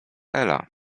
ela